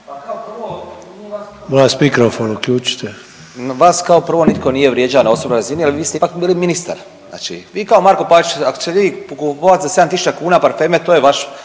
Sanader: Molim vas, mikrofon uključite./... vas kao prvo nitko nije vrijeđao na osobnoj razini jer vi ste ipak bili ministar. Znači vi kao Marko Pavić, ako ćete vi kupovati za 7 tisuća kuna parfeme, to je vaš